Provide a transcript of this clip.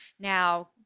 now